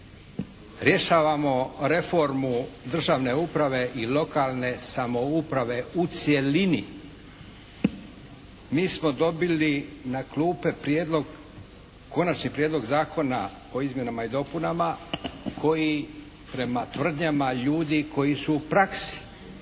rješavamo reformu državne uprave i lokalne samouprave u cjelini mi smo dobili na klupe prijedlog, konačni prijedlog zakona o izmjenama i dopunama koji prema tvrdnjama ljudi koji su u praksi